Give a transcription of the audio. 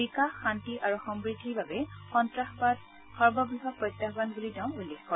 বিকাশ শান্তি আৰু সমূদ্ধিৰ বাবে সন্তাসবাদ সৰ্ববৃহৎ প্ৰত্যাহবান বুলি তেওঁ উল্লেখ কৰে